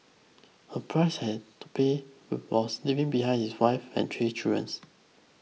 a price had to pay were was leaving behind his wife and three children